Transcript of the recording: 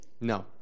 No